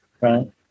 right